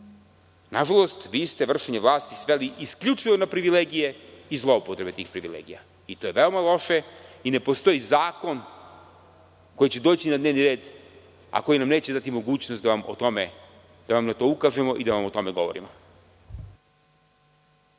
Nažalost, vi ste vršenje vlasti sveli isključivo na privilegije i zloupotrebe tih privilegija. To je veoma loše i ne postoji zakon koji će doći na dnevni red, a koji nam neće dati mogućnost da vam na to ukažemo i da vam o tome govorimo.